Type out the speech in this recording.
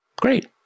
great